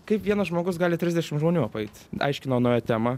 kaip vienas žmogus gali trisdešimt žmonių apeit aiškino naują temą